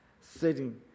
sitting